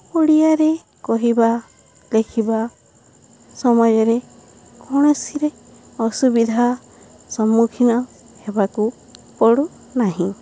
ଓଡ଼ିଆରେ କହିବା ଲେଖିବା ସମୟରେ କୌଣସିରେ ଅସୁବିଧା ସମ୍ମୁଖୀନ ହେବାକୁ ପଡ଼ୁନାହିଁ